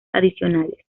adicionales